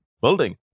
building